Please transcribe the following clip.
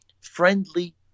friendly